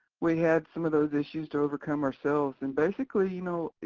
we had some of those issues to overcome ourselves. and basically, you know,